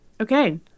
Okay